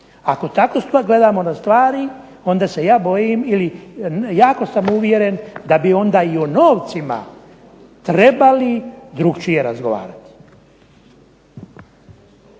Ako tako gledamo na stvari onda se ja bojim ili jako sam uvjeren da bi onda i o novcima trebali drugačije razgovarati.